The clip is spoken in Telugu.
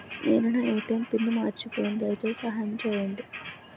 నేను నా ఎ.టి.ఎం పిన్ను మర్చిపోయాను, దయచేసి సహాయం చేయండి